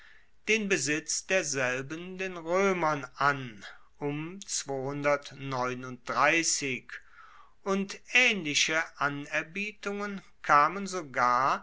den besitz derselben den roemern an und aehnliche anerbietungen kamen sogar